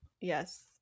Yes